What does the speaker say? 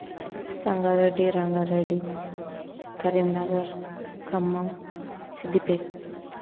Sangareddy Rangareddy Karimnagar Khammam Siddipet